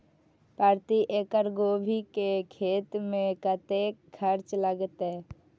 प्रति एकड़ गोभी के खेत में कतेक खर्चा लगते?